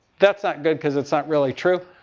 that's not good because it's not really true.